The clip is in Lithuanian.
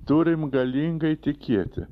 turim galingai tikėti